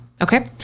Okay